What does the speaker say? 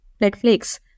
Netflix